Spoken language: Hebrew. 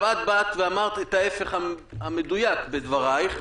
את באת ואמרת את ההפך המדויק בדברייך,